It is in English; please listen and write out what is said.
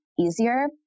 easier